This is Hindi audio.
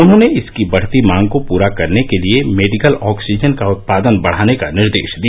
उन्होंने इसकी बढ़ती मांग को पूरा करने के लिए मेडिकल ऑक्सीजन का उत्पादन बढ़ाने का निर्देश दिया